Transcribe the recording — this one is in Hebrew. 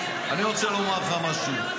אני רוצה לומר לך משהו,